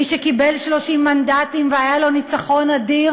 מי שקיבל 30 מנדטים והיה לו ניצחון אדיר